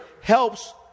helps